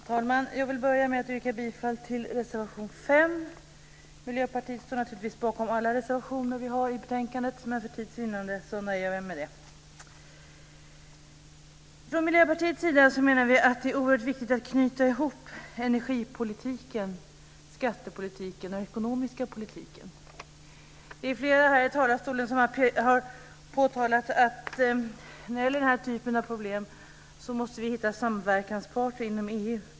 Herr talman! Jag vill börja med att yrka bifall till reservation 5. Miljöpartiet står naturligtvis bakom alla reservationer vi har i betänkandet, men för tids vinnande nöjer jag mig med det. Från Miljöpartiets sida menar vi att det är oerhört viktigt att knyta ihop energipolitiken, skattepolitiken och den ekonomiska politiken. Det är flera här i talarstolen som har påtalat att vi när det gäller denna typ av problem måste hitta samverkanspartner inom EU.